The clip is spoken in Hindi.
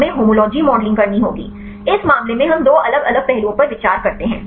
हमें होमोलॉजी मॉडलिंग करनी होगी इस मामले में हम दो अलग अलग पहलुओं पर विचार करते हैं